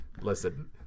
Listen